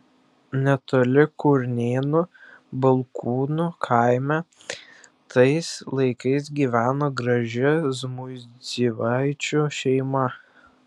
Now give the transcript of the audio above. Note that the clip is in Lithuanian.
netoli kurnėnų balkūnų kaime tais laikais gyveno graži žmuidzinavičių šeimyna